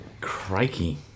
Crikey